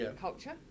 culture